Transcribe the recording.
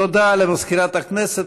תודה למזכירת הכנסת.